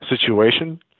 situation